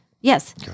Yes